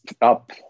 up